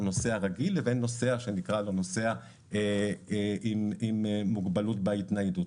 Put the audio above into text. נוסע רגיל לבין נוסע שנקרא לו נוסע עם מוגבלות בהתניידות.